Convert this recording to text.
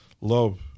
love